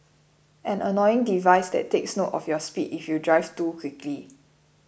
an annoying device that takes note of your speed if you drive too quickly